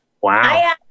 Wow